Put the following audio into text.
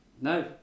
No